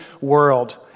world